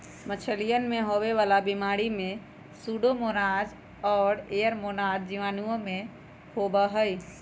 मछलियन में होवे वाला बीमारी में सूडोमोनाज और एयरोमोनास जीवाणुओं से होबा हई